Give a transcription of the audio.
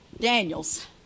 Daniels